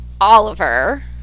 oliver